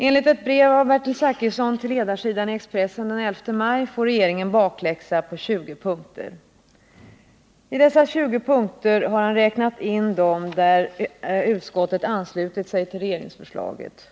Enligt ett brev av Bertil Zachrisson till ledarsidan i Expressen den 11 maj får regeringen bakläxa på 20 punkter. I dessa 20 punkter har han räknat in de punkter där utskottet anslutit sig till regeringsförslaget.